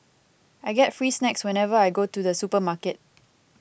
I get free snacks whenever I go to the supermarket